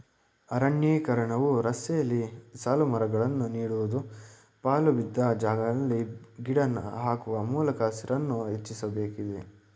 ಅರಣ್ಯೀಕರಣವು ರಸ್ತೆಯಲ್ಲಿ ಸಾಲುಮರಗಳನ್ನು ನೀಡುವುದು, ಪಾಳುಬಿದ್ದ ಜಾಗಗಳಲ್ಲಿ ಗಿಡ ಹಾಕುವ ಮೂಲಕ ಹಸಿರನ್ನು ಹೆಚ್ಚಿಸಬೇಕಿದೆ